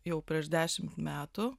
jau prieš dešimt metų